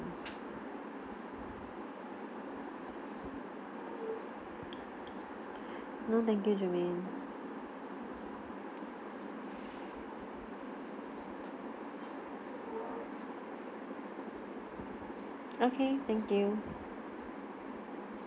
no thank you germane okay thank you